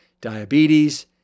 diabetes